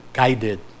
guided